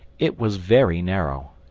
it was very narrow,